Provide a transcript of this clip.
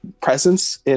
presence